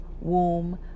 womb